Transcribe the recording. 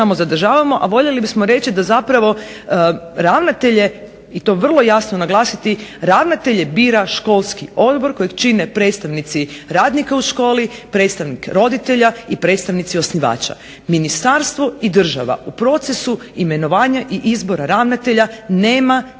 a voljeli bismo reći da zapravo ravnatelje i to vrlo jasno naglasiti ravnatelje bira školski odbor kojeg čine predstavnici radnika u školi, predstavnik roditelja i predstavnici osnivača. Ministarstvo i država u procesu imenovanja i izbora ravnatelja nema nikakvoga